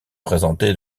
présentées